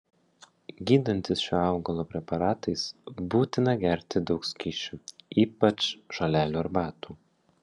gydantis šio augalo preparatais būtina gerti daug skysčių ypač žolelių arbatų